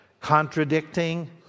contradicting